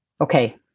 Okay